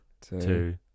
Two